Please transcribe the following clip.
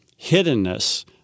hiddenness